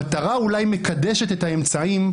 המטרה אולי מקדשת את האמצעים,